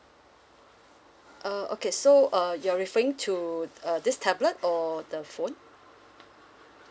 uh okay so uh you are referring to uh this tablet or the phone